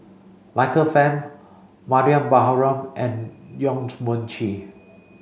Michael Fam Mariam Baharom and Yong Mun Chee